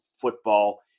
football